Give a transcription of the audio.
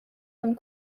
them